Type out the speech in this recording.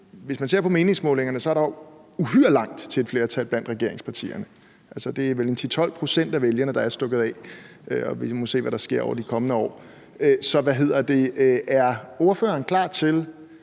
Hvis man ser på meningsmålingerne, er der jo uhyre langt til, at man kan nå et flertal blandt regeringspartierne – det er vel 10-12 pct. af vælgerne, der er stukket af, og så må vi se, hvad der sker over de kommende år – så er ordføreren klar til,